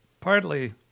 partly